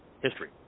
history